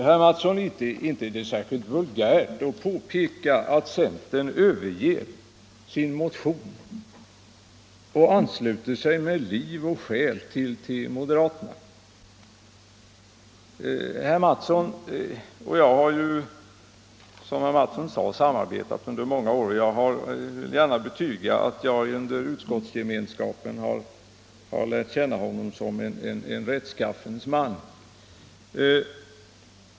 Herr talman! Inte är det särskilt vulgärt, herr Mattsson i Lane-Herrestad, att påpeka att centern överger sin motion och ansluter sig med liv och själ till moderaterna. Herr Mattsson och jag har, som herr Mattsson sade, samarbetat under många år. Jag vill gärna betyga att jag under utskottsgemenskapen har lärt känna honom som en rättsskaffens man.